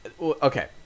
okay